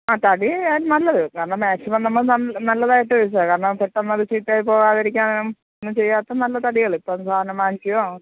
ആ തടി നല്ലത് കാരണം മാക്സിമം നമ്മള് നല്ലതായിട്ട് വച്ചാല് കാരണം പെട്ടെന്നതു ചീത്തയായി പോകാതിരിക്കാനും ഒന്നും ചെയ്യാത്ത നല്ല തടികള് ഇപ്പോള് സാധാരണ മാഞ്ചിയമോ